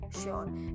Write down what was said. Sure